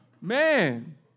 Man